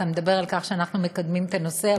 אתה מדבר על כך שאנחנו מקדמים את הנושא,